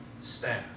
staff